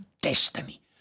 destiny